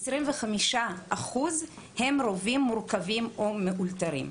25 אחוז הם רובים מורכבים או מאולתרים.